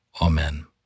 Amen